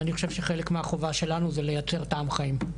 אני חושב שחלק מהחובה שלנו זה לייצר טעם חיים.